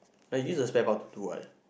like use spare part to do what